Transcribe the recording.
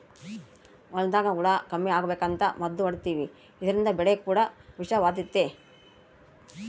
ಹೊಲದಾಗ ಹುಳ ಕಮ್ಮಿ ಅಗಬೇಕಂತ ಮದ್ದು ಹೊಡಿತಿವಿ ಇದ್ರಿಂದ ಬೆಳೆ ಕೂಡ ವಿಷವಾತತೆ